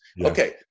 Okay